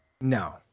No